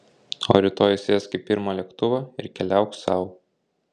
o rytoj sėsk į pirmą lėktuvą ir keliauk sau